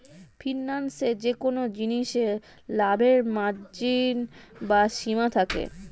ফিন্যান্সে যেকোন জিনিসে লাভের মার্জিন বা সীমা থাকে